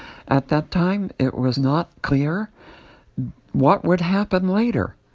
at that time, it was not clear what would happen later.